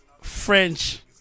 French